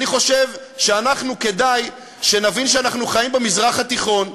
אני חושב שכדאי שאנחנו נבין שאנחנו חיים במזרח התיכון,